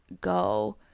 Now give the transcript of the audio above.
go